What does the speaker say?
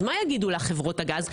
אז מה יגידו לחברות הגז?